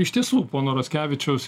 iš tiesų pono raskevičiaus